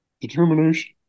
determination